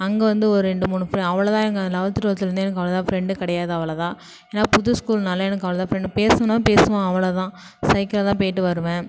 அங்கே வந்து ஒரு ரெண்டு மூணு ஃப்ரெ அவளோதா அங்கே லெவல்த்து ட்வொல்த்திலருந்து எனக்கு அவளோதா ஃப்ரெண்டு கிடையாது அவளோதா ஏன்னா புது ஸ்கூல்னால எனக்கு அவளோதா ஃப்ரெண்டு பேசினா பேசுவேன் அவளோதான் சைக்கிள்லதான் போயிட்டு வருவேன்